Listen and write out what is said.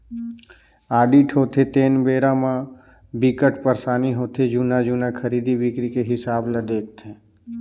audit होथे तेन बेरा म बिकट परसानी होथे जुन्ना जुन्ना खरीदी बिक्री के हिसाब ल देखथे